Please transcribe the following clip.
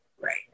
Right